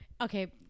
Okay